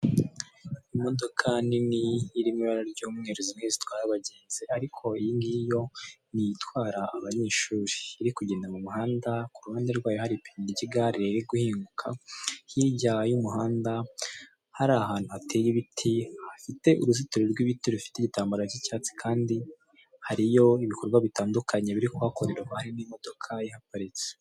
Imodoka nini iri mu ibara ry'umweru zimwe zitwara abagenzi, ariko iyi ngiyi yo ni itwara abanyeshuri, iri kugenda mu muhanda, ku ruhande rwayo hari ipine ry'igare riri guhinguka, hirya y'umuhanda hari ahantu hateye ibiti, hafite uruzitiro rw'ibiti rufite igitambaro cy'icyatsi kandi hariyo ibikorwa bitandukanye biri kuhakorerwa hari n'imodoka ihaparitse.